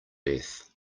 death